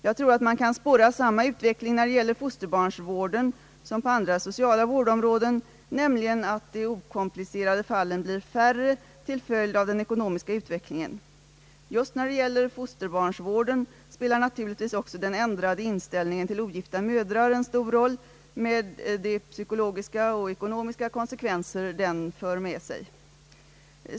Jag tror att man kan spåra samma utveckling när det gäller fosterbarnsvården som på andra sociala vårdområden, nämligen att de okomplicerade fallen blir färre till följd av den ekonomiska utvecklingen. Just när det gäller fosterbarnsvården spelar naturligtvis också den ändrade inställningen till ogifta mödrar en stor roll med de psykologiska och ekonomiska konsekvenser den fört med sig.